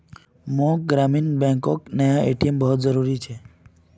मोक ग्रामीण बैंकोक नया ए.टी.एम बहुत जरूरी छे